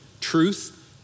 truth